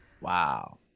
Wow